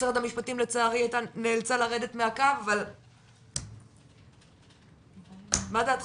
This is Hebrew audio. משרד המשפטים לצערי נאלצה לרדת מהקו, מה דעתכם?